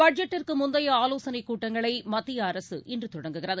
பட்ஜெட்டுக்கு முந்தைய ஆலோசனை கூட்டங்களை மத்திய அரசு இன்று தொடங்குகிறது